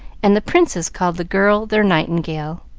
and the princes called the girl their nightingale.